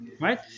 Right